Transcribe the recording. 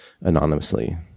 anonymously